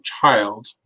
child